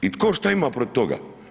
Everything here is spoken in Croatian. I to šta ima protiv toga?